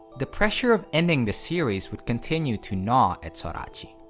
the pressure of ending the series would continue to gnaw at sorachi,